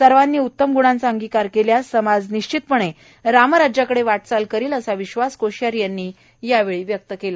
सर्वांनी उत्तम ग्णांचा अंगिकार केल्यास समाज निश्चितपणे रामराज्याकडे वाटचाल करील असा विश्वास कोश्यारी यांनी यावेळी व्यक्त केला